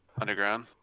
underground